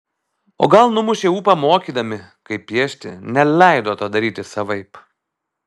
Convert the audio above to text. o gal numušė ūpą mokydami kaip piešti neleido to daryti savaip